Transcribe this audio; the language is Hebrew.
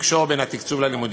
לקשור בין התקצוב ללימודים.